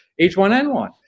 H1N1